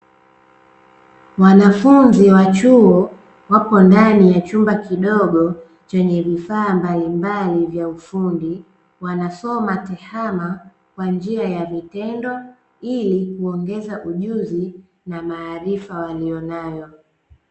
Wanafunzi wa chuo wapo ndani ya chumba kidogo chenye vifaa mbalimbali vya ufundi, wanasoma tehama kwa njia ya vitendo, ili kuongeza ujuzi na maarifa waliyo nayo.